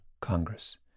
Congress